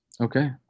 Okay